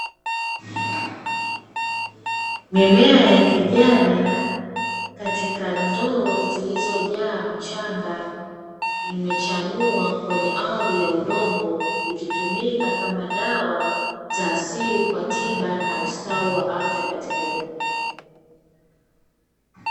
Mimea ya kijani katika ndoo zilizojaa mchanga imechanua kwenye ardhi ya udongo, ikitumika kama dawa za asili kwa tiba na ustawi wa afya katika jamii.